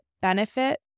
benefit